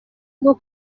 bwo